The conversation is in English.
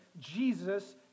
Jesus